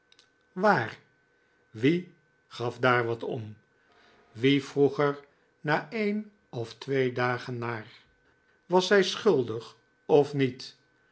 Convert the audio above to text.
waar wie gaf daar wat om wie vroeg er na een of twee dagen naar was zij schuldig of niet